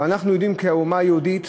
אבל אנחנו יודעים כי האומה היהודית